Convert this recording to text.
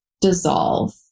dissolve